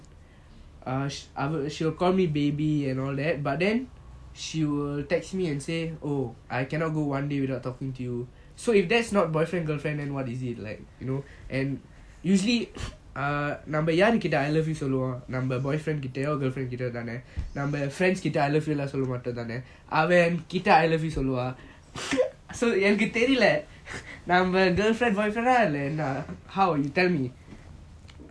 err she will call me baby and all that but then she will text me and say oh I cannot go one day without talking to you so if that's not boyfriend girlfriend then what is it like you know and usually err நம்ம யாரு கிட்ட:namma yaaru kita I love you சொல்லுவோம் நம்ம:soluvom namma boyfriend கிட்டயோ:kittayo girlfriend கிட்டயோ தான நம்ம:kittayo thaana namma friends கிட்ட:kitta I love you சொல்ல மாட்டோம் தான அவ ஏன் கிட்ட:solla maatom thaana ava yean kita I love you சொல்லுவா என்னக்கு தெரில:soluva ennaku terila boyfriend girlfriend eh இல்ல என்ன:illa enna how you tell me